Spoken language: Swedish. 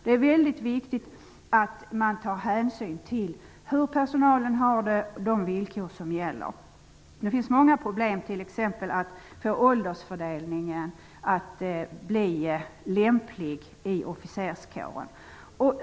Det är viktigt att man tar hänsyn till hur personalen har det under de villkor som gäller. Det finns många problem när det t.ex. gäller att få en lämplig åldersfördelning i officerskåren.